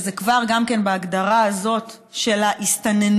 וזה כבר כן בהגדרה הזאת של ההסתננות,